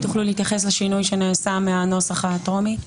האם תוכלו להתייחס לשינוי שנעשה מהנוסח הטרומי?